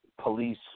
police